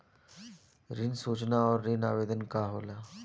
ऋण सूचना और ऋण आवेदन का होला?